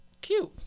Cute